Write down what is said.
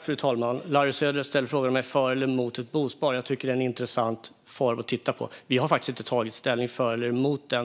Fru talman! Larry Söder ställer frågan om jag är för eller emot ett bospar. Jag tycker att det är en intressant form att titta på. Vi har inte tagit ställning för eller emot det.